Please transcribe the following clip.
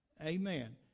Amen